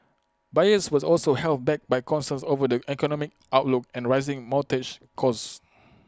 buyers were also held back by concerns over the economic outlook and rising mortgage costs